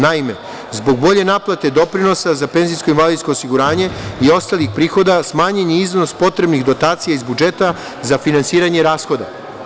Naime, zbog bolje naplate doprinosa za PIO i ostalih prihoda, smanjen je iznos potrebnih dotacija iz budžeta za finansiranje rashoda.